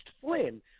Flynn